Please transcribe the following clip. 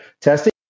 Testing